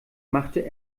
machte